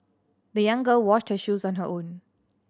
the young girl washed her shoes on her own